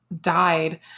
died